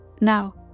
Now